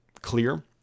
clear